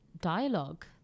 dialogue